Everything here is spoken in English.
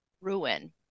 ruin